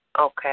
Okay